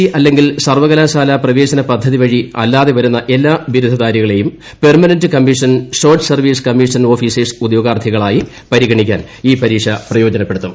C അല്ലെങ്കിൽ സർവ്വകലാശാല പ്രവേശന പദ്ധതി വഴി അല്ലാതെ വരുന്ന എല്ലാ ബിരുദധാരികളേയും permanent commission short service commission officers ഉദ്യോഗാർത്ഥികളായി പരിഗണിക്കാൻ ഈ പരീക്ഷ പ്രയോജനപ്പെടുത്തും